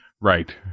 Right